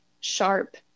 sharp